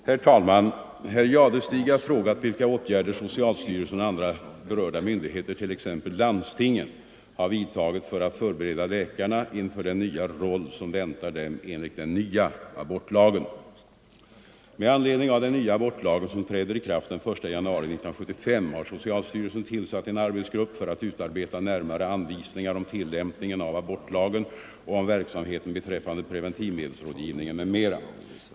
Herr talman! Herr Jadestig har frågat vilka åtgärder socialstyrelsen och andra berörda myndigheter, t.ex. landstingen, har vidtagit för att förbereda läkarna inför den nya roll som väntar dem enligt den nya abortlagen. Med anledning av den nya abortlagen, som träder i kraft den 1 januari 1975, har socialstyrelsen tillsatt en arbetsgrupp för att utarbeta närmare anvisningar om tillämpningen av abortlagen och om verksamheten beträffande preventivmedelsrådgivningen m.m.